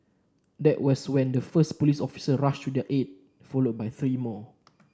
that was when the first police officer rushed to their aid followed by three more